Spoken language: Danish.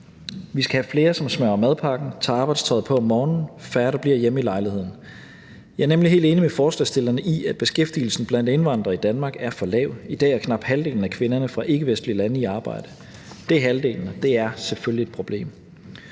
Vi skal have flere, der smører madpakken, tager arbejdstøjet på om morgenen, og færre, der bliver hjemme i lejligheden. Jeg er nemlig helt enig med forslagsstillerne i, at beskæftigelsen blandt indvandrere i Danmark er for lav. I dag er knap halvdelen af kvinderne fra ikkevestlige lande i arbejde. Det er selvfølgelig et problem,